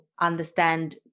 understand